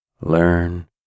learn